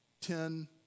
Ten